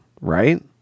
Right